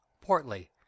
Portly